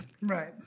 Right